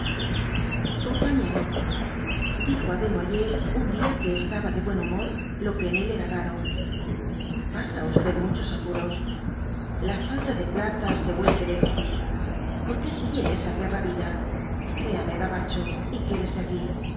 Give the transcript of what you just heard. compañero dijo á desnoyers un día que estaba de buen humor lo que en él era raro pasa usted muchos apuros la falta de plata se huele de lejos por qué sigu en esa perra vida créame gabacho y quédese aquí